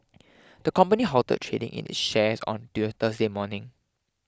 the company halted trading in its shares on till Thursday morning